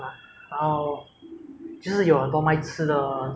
等一下问你 ah 这个这个是要讲 这个是